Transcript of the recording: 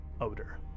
odor